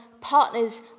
partners